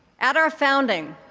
at our founding,